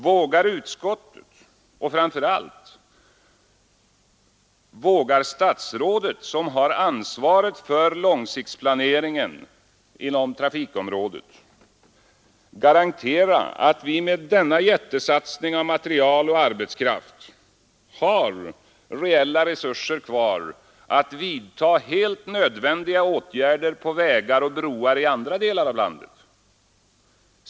Vågar utskottet och, framför allt, vågar statsrådet, som har ansvaret för långsiktsplaneringen inom trafikområdet, garantera att vi med denna jättesatsning av material och arbetskraft har reella resurser kvar att vidta helt nödvändiga åtgärder på vägar och broar i andra delar av landet?